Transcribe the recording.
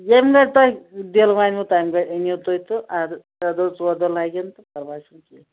ییٚمہِ دۄہ تۄہہِ دل وَنِوٕ تَمہِ دۄہ إنو تُہۍ تہٕ اَدٕ ترٛےٚ دۄہ ژور دۄہ لَگن تہٕ پرواے چھُنہٕ کینہہ